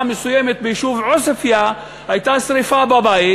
מסוימת ביישוב עוספיא הייתה שרפה בבית,